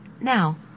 Now